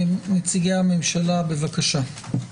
נציגי הממשלה, בבקשה.